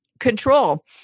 control